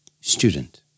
Student